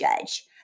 judge